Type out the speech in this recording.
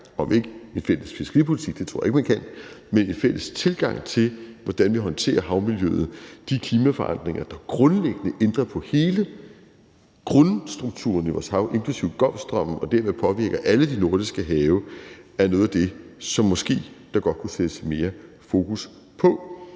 om ikke en fælles fiskeripolitik, for det tror jeg ikke man kan – til, hvordan vi håndterer havmiljøet og de klimaforandringer, der grundlæggende ændrer på hele grundstrukturen i vores have inklusive golfstrømmen og dermed påvirker alle de nordiske have, er noget af det, som der måske godt kunne sættes mere fokus på.